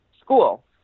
school